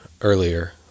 earlier